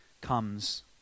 comes